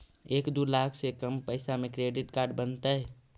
एक दू लाख से कम पैसा में क्रेडिट कार्ड बनतैय?